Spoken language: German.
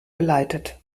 geleitet